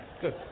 good